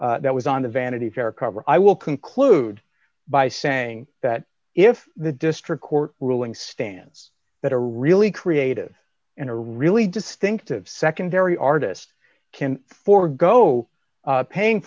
by that was on the vanity fair cover i will conclude by saying that if the district court ruling stands that are really creative and a really distinctive secondary artist can forgo paying